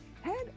head